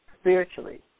spiritually